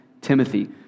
Timothy